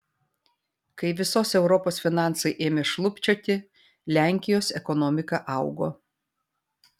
kai visos europos finansai ėmė šlubčioti lenkijos ekonomika augo